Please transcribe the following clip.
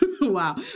wow